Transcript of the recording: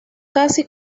casi